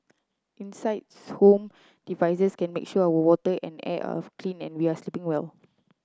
insides home devices can make sure our water and air are clean and we are sleeping well